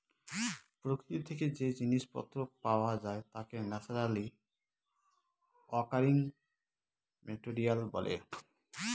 প্রকৃতি থেকে যে জিনিস পত্র পাওয়া যায় তাকে ন্যাচারালি অকারিং মেটেরিয়াল বলে